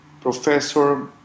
Professor